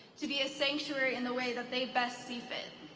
to be a sanctuary in the way that they best see fit.